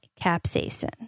capsaicin